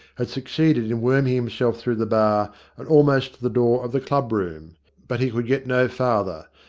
had succeeded in worming himself through the bar and almost to the door of the club-room but he could get no farther,